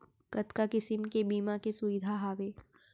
कतका किसिम के बीमा के सुविधा हावे?